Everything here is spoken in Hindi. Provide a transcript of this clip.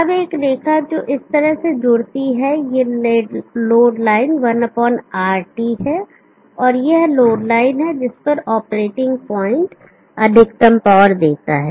अब एक रेखा जो इस तरह से जुड़ती है यह लोड लाइन 1 RT है और यह लोड लाइन है जिस पर ऑपरेटिंग प्वाइंट अधिकतम पावर देता है